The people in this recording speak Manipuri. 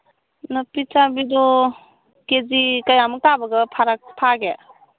ꯅꯥꯄꯤꯆꯥꯕꯤꯗꯣ ꯀꯦ ꯖꯤ ꯀꯌꯥꯃꯨꯛ ꯇꯥꯕꯒ ꯐꯥꯒꯦ